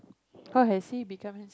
how has it become